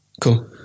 Cool